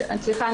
סליחה?